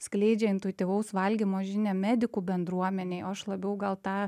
skleidžia intuityvaus valgymo žinią medikų bendruomenėj o aš labiau gal tą